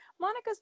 Monica's